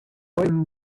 him